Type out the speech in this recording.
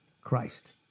Christ